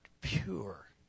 pure